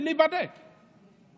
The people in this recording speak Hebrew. לבדוק את הדבר הזה.